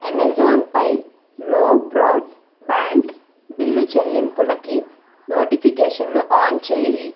అమెజాన్పై లో broadband bill చెల్లింపులకి నోటిఫికేషన్లు ఆన్ చేయుము